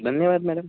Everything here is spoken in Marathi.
धन्यवाद मॅडम